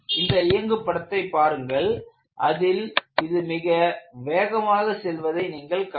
இந்த இயங்கு படத்தைப் பாருங்கள் அதில் இது மிக வேகமாக செல்வதை நீங்கள் காணலாம்